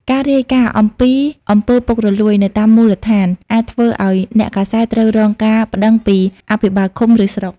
ការរាយការណ៍អំពីអំពើពុករលួយនៅតាមមូលដ្ឋាន អាចធ្វើឱ្យអ្នកកាសែតត្រូវរងការប្តឹងពីអភិបាលឃុំ ឬស្រុក។